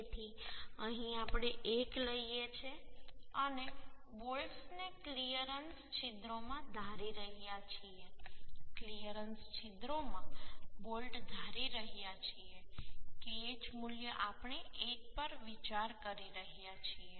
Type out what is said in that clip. તેથી અહીં આપણે 1 લઈએ છે અને બોલ્ટ્સ ને ક્લિયરન્સ છિદ્રોમાં ધારી રહ્યા છીએ ક્લિયરન્સ છિદ્રોમાં બોલ્ટ ધારી રહ્યા છીએ Kh મૂલ્ય આપણે 1 પર વિચાર કરી રહ્યા છીએ